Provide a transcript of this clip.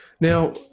Now